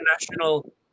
international